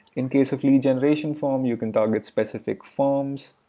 in case of lead generation form you can target specific forms.